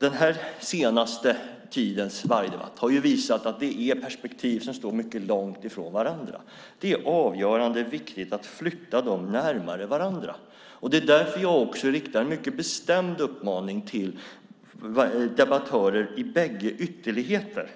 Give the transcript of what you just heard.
Den senaste tidens vargjakt har visat att vi har perspektiv som står mycket långt ifrån varandra. Det är avgörande viktigt att flytta dem närmare varandra. Det är därför jag riktar en mycket bestämd uppmaning till debattörer i bägge ytterligheterna: